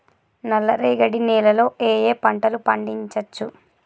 నల్లరేగడి నేల లో ఏ ఏ పంట లు పండించచ్చు?